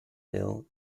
hill